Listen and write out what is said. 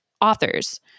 authors